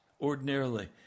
ordinarily